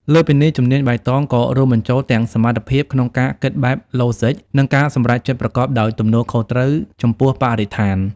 លើសពីនេះ ជំនាញបៃតងក៏រួមបញ្ចូលទាំងសមត្ថភាពក្នុងការគិតបែបឡូហ្ស៊ិក និងការសម្រេចចិត្តប្រកបដោយទំនួលខុសត្រូវចំពោះបរិស្ថាន។